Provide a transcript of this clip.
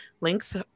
Links